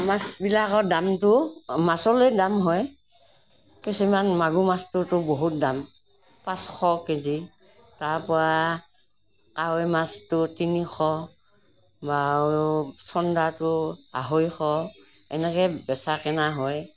মাছবিলাকৰ দামটো মাছলৈ দাম হয় কিছুমান মাগুৰ মাছটোতো বহুত দাম পাঁচশ কেজি তাৰপৰা কাৱৈ মাছটো তিনিশ বা আৰু চন্দাটো আঢ়ৈশ এনেকৈ বেচা কেনা হয়